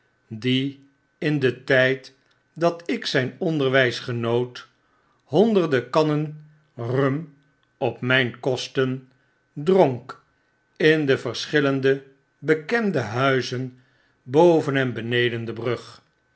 die in den tyd dat ik zjjn onderwijs genoot honderde kannen rum op myn kosten dronk in de verschillende bekende huizen boven en beneden de brug